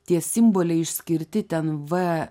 tie simboliai išskirti ten v